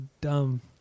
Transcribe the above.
dumb